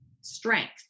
strength